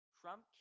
Trump